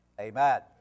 Amen